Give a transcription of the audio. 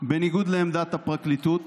בניגוד לעמדת הפרקליטות